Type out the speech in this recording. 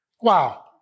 Wow